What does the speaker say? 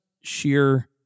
sheer